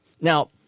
Now